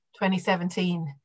2017